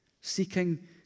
seeking